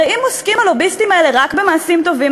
הרי אם הלוביסטים האלה עוסקים רק במעשים טובים,